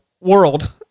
world